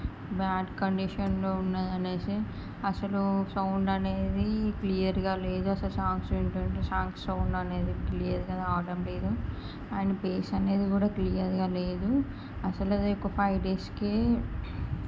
bad కండిషన్లో ఉన్నది అనేసి అసలు సౌండ్ అనేది క్లియర్గా లేదు అసలు సాంగ్స్ వింటుంటే సాంగ్స్ సౌండ్ అనేది క్లియర్గా రావడం లేదు అని బేస్ అనేది కూడా క్లియర్గా లేదు అసలు అది ఒక ఫైవ్ డేస్కే